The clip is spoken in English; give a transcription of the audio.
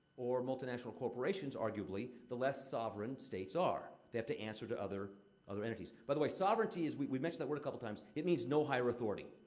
or multinational corporations, arguably, the less sovereign states are. they have to answer to other other entities. by the way, sovereignty is we mentioned that word a couple times it means no higher authority.